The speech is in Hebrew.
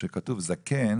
שכשכתוב זקן